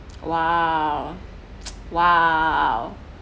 !wow! !wow!